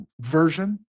version